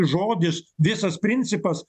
žodis visas principas